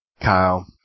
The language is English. Kyle